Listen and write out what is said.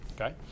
Okay